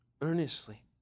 earnestly